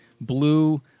blue